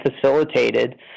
facilitated